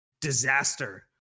disaster